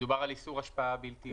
מדובר על איסור השפעה בלתי הוגנת.